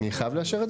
הצבעה בעד